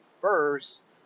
first